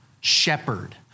shepherd